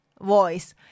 voice